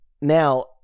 Now